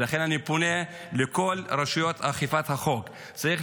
ולכן אני פונה לכל רשויות אכיפת החוק: צריך